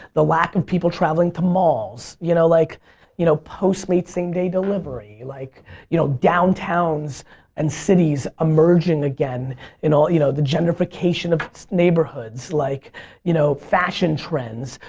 the lack of people traveling to malls. you know like you know postmates same-day delivery. like you know downtowns and cities emerging again and you know the gentrification of neighborhoods. like you know fashion trends.